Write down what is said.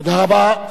תודה רבה.